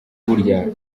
burya